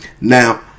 Now